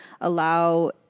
allow